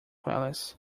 alice